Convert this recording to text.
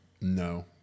No